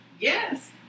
Yes